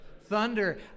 Thunder